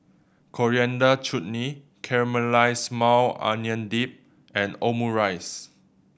Coriander Chutney Caramelized Maui Onion Dip and Omurice